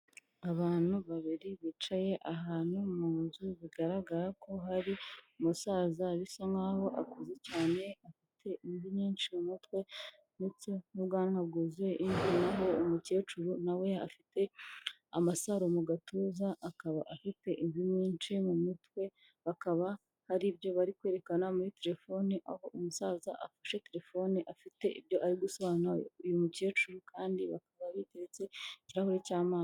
Abantu babiri bicaye ahantu mu nzu bigaragara ko hari umusaza bisa nk'aho akuze cyane, afite nyinshi mu mutwe ndetse n'ubwanwa bwuzuye imvi n'aho umukecuru nawe afite amasaro mu gatuza, akaba afite imvi nyinshi mu mutwe, bakaba hari ibyo bari kwerekana muri telefone, aho umusaza afashe telefone afite ibyo ari gusobanurira uyu mukecuru kandi bakaba biteretse ikirahuri cy'amazi.